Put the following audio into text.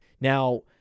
Now